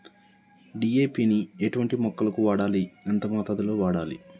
DAP ని ఎటువంటి మొక్కలకు వాడాలి? ఎంత మోతాదులో వాడాలి?